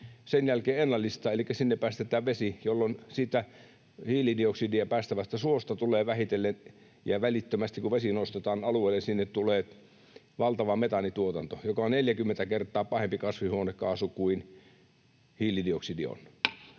sen jälkeen ennallistaa, elikkä sinne päästetään vesi, jolloin siltä hiilidioksidia päästävältä suolta tulee välittömästi, kun vesi nostetaan alueelle, valtava metaanituotanto, ja se on 40 kertaa pahempi kasvihuonekaasu kuin hiilidioksidi on.